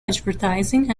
advertising